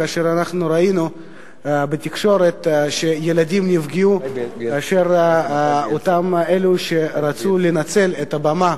כאשר אנחנו ראינו בתקשורת שילדים נפגעו מאלו שרצו לנצל את הבמה